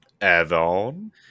Evan